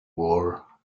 war